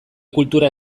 kultura